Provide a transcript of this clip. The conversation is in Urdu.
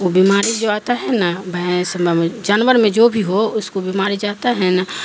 وہ بیماری جو آتا ہے نا ب جانور میں جو بھی ہو اس کو بیماری جاتا ہے نا